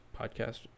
podcast